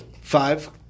Five